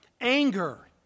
Anger